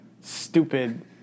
stupid